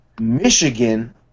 Michigan